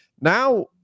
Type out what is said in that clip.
Now